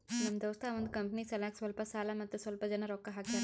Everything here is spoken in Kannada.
ನಮ್ ದೋಸ್ತ ಅವಂದ್ ಕಂಪನಿ ಸಲ್ಯಾಕ್ ಸ್ವಲ್ಪ ಸಾಲ ಮತ್ತ ಸ್ವಲ್ಪ್ ಜನ ರೊಕ್ಕಾ ಹಾಕ್ಯಾರ್